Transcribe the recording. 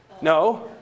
No